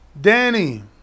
Danny